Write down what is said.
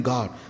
God